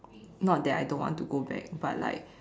not that I don't want to go back but like